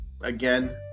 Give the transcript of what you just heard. again